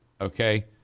okay